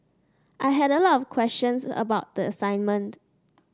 I had a lot of questions about the assignment